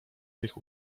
tych